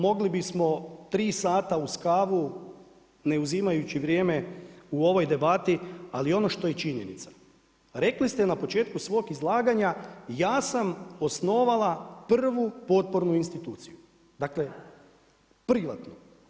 Mogli bismo 3 sata uz kavu, ne uzimajući vrijeme u ovoj debati, ali ono što je činjenica, rekli ste na početku svog izlaganja, ja sam osnovala prvu potpornu instituciju, privatnu.